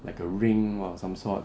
like a ring or some sort